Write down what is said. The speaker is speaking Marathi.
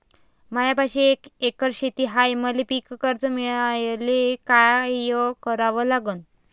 मायापाशी एक एकर शेत हाये, मले पीककर्ज मिळायले काय करावं लागन?